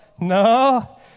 no